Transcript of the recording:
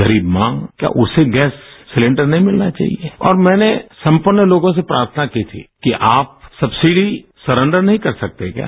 गरीब मां क्या उसे गैस सिलेंडर नहीं मिलना चाहिए और मैने संपन्न लोगों से प्रार्थना की थी कि आप संबंसिदी सरेंडर नहीं कर सकते क्या